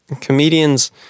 comedians